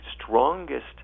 strongest